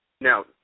Now